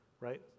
right